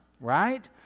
right